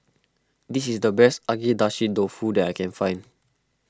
this is the best Agedashi Dofu that I can find